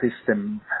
system